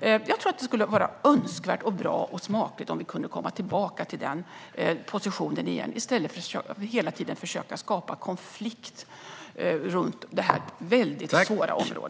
Jag tror att det skulle vara önskvärt, bra och smakligt om vi kunde komma tillbaka till den positionen igen i stället för att hela tiden försöka skapa konflikt på detta väldigt svåra område.